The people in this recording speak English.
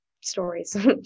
stories